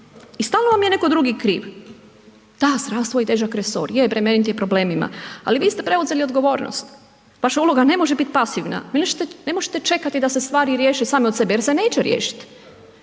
I stalno vam je netko drugi kriv. Da zdravstvo je težak resor, je bremenit je problemima ali vi ste preuzeli odgovornost, vaša uloga ne može biti pasivna, ne možete čekati da se stvari riješe same od sebe jer se neće riješiti,